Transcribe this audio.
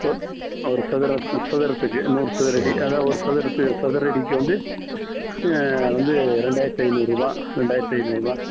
ஒ ஒரு சதுரம் சதுரத்துக்கு நூறு சதுரடி அதாவது ஒரு சதுரத்துக்கு சதுரடிக்கி வந்து வந்து ரெண்டாயிரத்தி ஐந்நூறுபா ரெண்டாயிரத்தி ஐந்நூறுபா